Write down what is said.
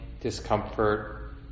discomfort